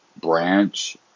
branch